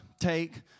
take